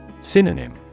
Synonym